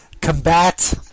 combat